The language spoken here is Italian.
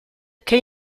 che